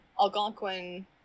Algonquin